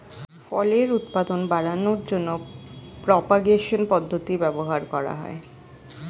ফলের উৎপাদন বাড়ানোর জন্য প্রোপাগেশন পদ্ধতি ব্যবহার করা হয়